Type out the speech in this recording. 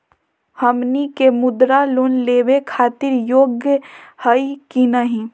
हमनी के मुद्रा लोन लेवे खातीर योग्य हई की नही?